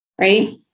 right